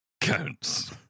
counts